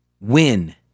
Win